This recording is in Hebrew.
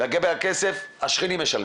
לגבי הכסף, השכנים משלמים,